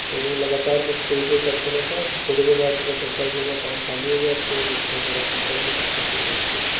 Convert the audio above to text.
तो लगातार बस पे पे करते रहते हैं फिर थोड़ी देर बाद पता चलता है कि अरे अकाउंट खाली हो गया है अब तो फिर बड़ा चिंताजनक स्थिति हो जाती है